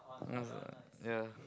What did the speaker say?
that was yeah